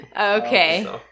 Okay